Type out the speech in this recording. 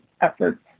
efforts